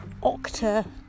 octa